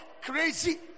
crazy